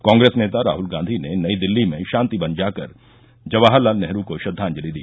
कांग्रेस नेता राहल गांधीने नई दिल्ली में शांति वन जाकर जवाहर लाल नेहरू को श्रद्वांजलि दी